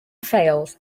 fails